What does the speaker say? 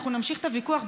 אנחנו נמשיך את הוויכוח.